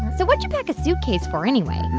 so what'd you pack a suitcase for anyway?